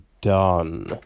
done